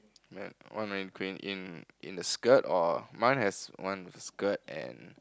one in green in the skirt or mine have one skirt and